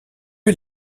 est